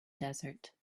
desert